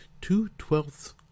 Two-twelfths